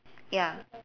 ya